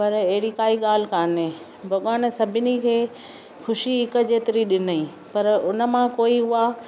पर अहिड़ी काइ ॻाल्हि कान्हे भॻवानु सभिनी खे खु़शी हिकु जेतिरी ॾिनई पर हुन मां को उहा